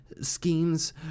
schemes